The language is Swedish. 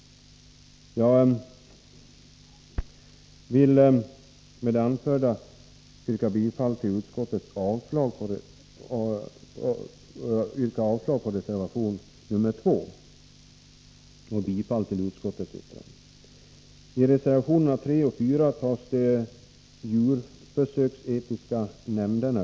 Jag vill med det anförda yrka avslag på reservation nr 2 och bifall till utskottets hemställan. I reservation nr 3 och 4 behandlas de djurförsöksetiska nämnderna.